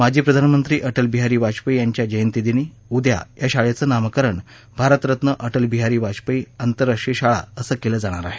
माजी प्रधानमंत्री अटल बिहारी वाजपेयी यांच्या जयंतीदिनी उद्या या शाळेचं नामकरण भारतरत्न अटलबिहारी वाजपेयी आंतरराष्ट्रीय शाळा अस केलं जाणार आहे